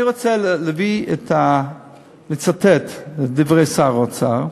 אני רוצה לצטט מדברי שר האוצר,